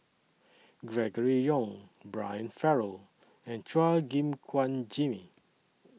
Gregory Yong Brian Farrell and Chua Gim Guan Jimmy